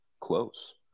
close